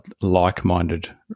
like-minded